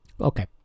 Okay